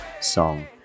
song